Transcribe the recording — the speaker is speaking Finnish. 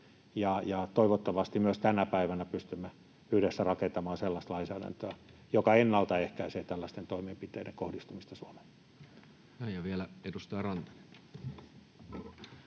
toivottavasti myös tänä päivänä pystymme yhdessä rakentamaan sellaista lainsäädäntöä, joka ennaltaehkäisee tällaisten toimenpiteiden kohdistumista Suomeen. [Speech 118] Speaker: